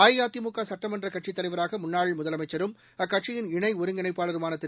அஇஅதிமுக சட்டமன்ற கட்சித்தலைவராக முன்னாள் முதலமைச்சரும் அக்கட்சியிள் இணை ஒருங்கிணைப்பாளருமான திரு